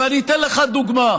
אני אתן לך דוגמה,